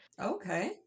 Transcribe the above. Okay